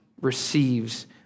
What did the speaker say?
receives